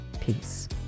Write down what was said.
peace